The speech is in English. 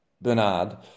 Bernard